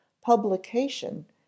Publication